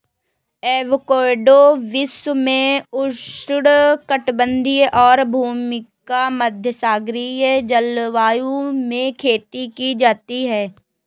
avocado विश्व में उष्णकटिबंधीय और भूमध्यसागरीय जलवायु में खेती की जाती है